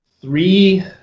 three